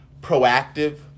proactive